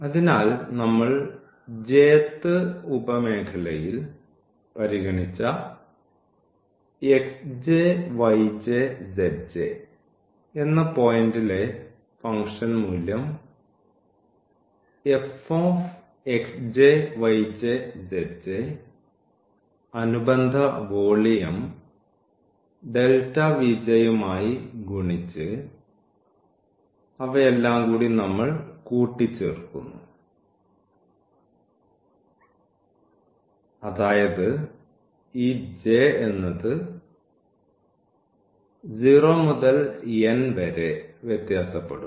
അതിനാൽ നമ്മൾ j th ഉപ ഉപമേഖലയിൽ പരിഗണിച്ച എന്ന പോയിൻറ്ലെ ഫംഗ്ഷൻ മൂല്യം അനുബന്ധ വോളിയം യുമായി ഗുണിച്ച് അവയെല്ലാം നമ്മൾ കൂട്ടിച്ചേർക്കുന്നു അതായത് ഈ j എന്നത് 0 മുതൽ n വരെ വ്യത്യാസപ്പെടുന്നു